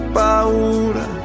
paura